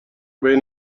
بین